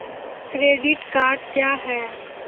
Credit card क्या हैं?